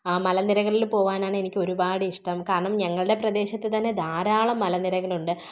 ആ മലനിരകളില് പോകാനാണ് എനിക്ക് ഒരുപാട് ഇഷ്ടം കാരണം ഞങ്ങളുടെ പ്രദേശത്ത് തന്നെ ധാരാളം മലനിരകളുണ്ട്